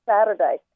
Saturday